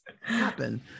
happen